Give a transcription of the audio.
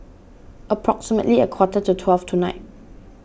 approximately a quarter to twelve tonight